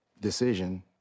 decision